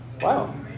Wow